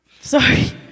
sorry